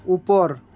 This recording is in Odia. ଉପର